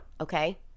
okay